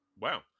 Wow